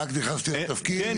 רק נכנסתי לתפקיד...